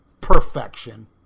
perfection